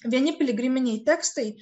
vieni piligriminiai tekstai